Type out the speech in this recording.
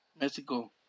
Mexico